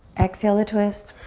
exhale to twist.